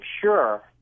sure